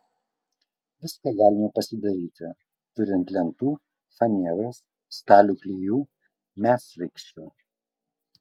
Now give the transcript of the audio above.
viską galima pasidaryti turint lentų faneros stalių klijų medsraigčių